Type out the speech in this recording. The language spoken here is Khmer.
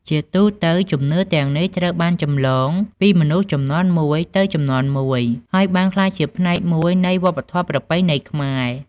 ជាទូទៅ ជំនឿទាំងនេះត្រូវបានចម្លងបន្តពីមនុស្សជំនាន់មួយទៅជំនាន់មួយ ហើយបានក្លាយជាផ្នែកមួយនៃវប្បធម៌ប្រពៃណីខ្មែរ។